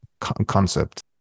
concept